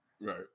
Right